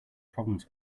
problems